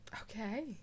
okay